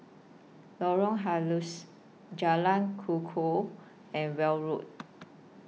Lorong Halus Jalan Kukoh and Welm Road